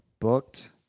booked